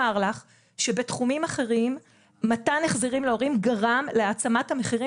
לך שבתחומים אחרים מתן החזרים להורים גרם להעצמת המחירים